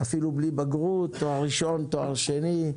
אפילו בלי בגרות, תואר ראשון, תואר שני,